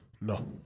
No